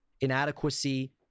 inadequacy